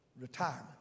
Retirement